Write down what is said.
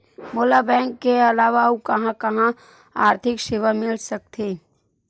मोला बैंक के अलावा आऊ कहां कहा आर्थिक सेवा मिल सकथे?